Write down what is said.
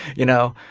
you know?